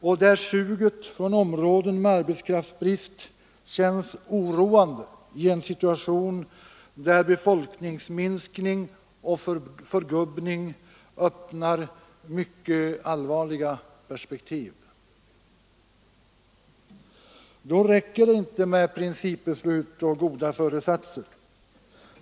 Där känns suget från områden med arbetskraftsbrist oroande i en situation då befolkningsminskning och förgubbning öppnar mycket allvarliga perspektiv. Då räcker det inte med principbeslut och goda föresatser.